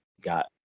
got